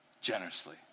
generously